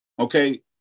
okay